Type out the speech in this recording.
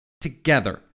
together